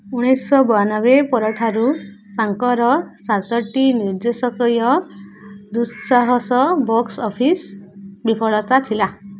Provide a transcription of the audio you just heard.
ଉଣେଇଶିଶହ ବୟାନବେ ପର ଠାରୁ ତାଙ୍କର ସାତଟି ନିର୍ଦ୍ଦେଶକୀୟ ଦୁଃସାହସ ବକ୍ସ୍ ଅଫିସ୍ ବିଫଳତା ଥିଲା